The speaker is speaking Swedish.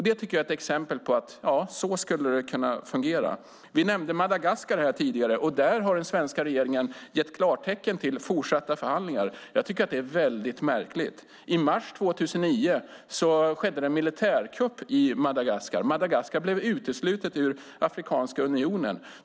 Det tycker jag är ett exempel på hur det skulle kunna fungera. Vi nämnde Madagaskar här tidigare. Där har den svenska regeringen gett klartecken till fortsatta förhandlingar. Jag tycker att det är väldigt märkligt. I mars 2009 skedde en militärkupp i Madagaskar. Madagaskar blev uteslutet ur Afrikanska unionen.